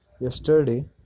yesterday